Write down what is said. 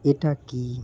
এটা কী